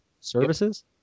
services